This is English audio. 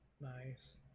Nice